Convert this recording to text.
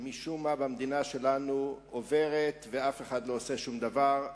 שמשום מה במדינה שלנו עוברת ואף אחד לא עושה שום דבר,